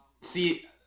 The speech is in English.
see